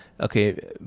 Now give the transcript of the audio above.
okay